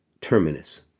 terminus